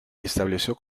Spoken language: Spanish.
estableció